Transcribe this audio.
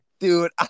dude